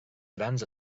grans